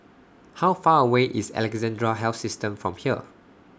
How Far away IS Alexandra Health System from here